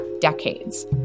decades